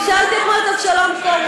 אני שאלתי אתמול את אבשלום קור,